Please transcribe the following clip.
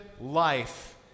life